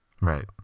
right